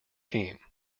team